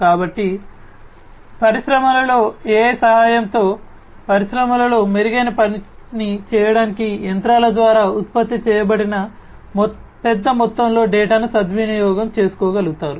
కాబట్టి పరిశ్రమలలో AI సహాయంతో పరిశ్రమలలో మెరుగైన పనిని చేయడానికి యంత్రాల ద్వారా ఉత్పత్తి చేయబడిన పెద్ద మొత్తంలో డేటాను సద్వినియోగం చేసుకోగలుగుతారు